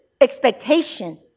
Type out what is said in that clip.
expectation